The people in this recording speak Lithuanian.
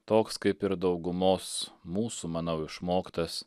toks kaip ir daugumos mūsų manau išmoktas